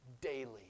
daily